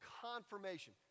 confirmation